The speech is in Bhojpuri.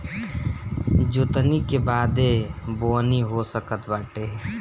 जोतनी के बादे बोअनी हो सकत बाटे